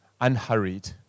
unhurried